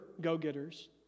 go-getters